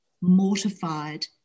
mortified